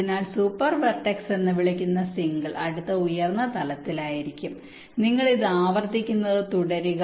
അതിനാൽ super vertex എന്ന് വിളിക്കപ്പെടുന്ന സിംഗിൾ അടുത്ത ഉയർന്ന തലത്തിലായിരിക്കും നിങ്ങൾ ഇത് ആവർത്തിക്കുന്നത് തുടരുക